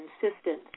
consistent